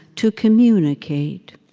to communicate